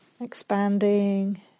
expanding